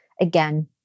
Again